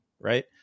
right